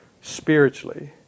spiritually